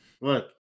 look